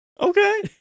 Okay